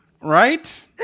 Right